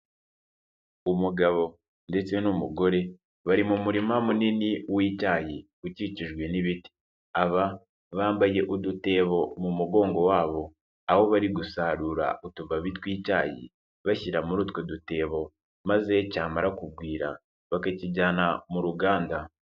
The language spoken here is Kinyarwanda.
Umugabo ndetse n'umugore bari mu murima munini w'icyayi ukikijwe n'ibiti, aba bambaye udutebo mu mugongo wabo, aho bari gusarura utubabi tw'icyayi bashyira muri utwo dutebo maze cyamara kugwira bakakijyana mu ruganda.